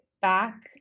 back